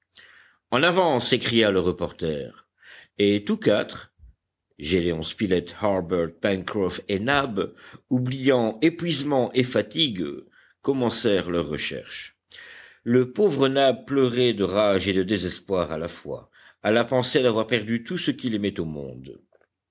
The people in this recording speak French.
en avant s'écria le reporter et tous quatre gédéon spilett harbert pencroff et nab oubliant épuisement et fatigues commencèrent leurs recherches le pauvre nab pleurait de rage et de désespoir à la fois à la pensée d'avoir perdu tout ce qu'il aimait au monde